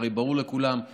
הרי ברור לכולם,